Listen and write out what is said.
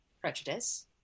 prejudice